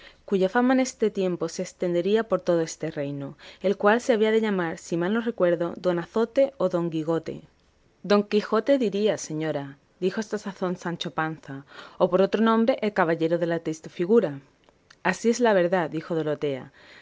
cuya fama en este tiempo se estendería por todo este reino el cual se había de llamar si mal no me acuerdo don azote o don gigote don quijote diría señora dijo a esta sazón sancho panza o por otro nombre el caballero de la triste figura así es la verdad dijo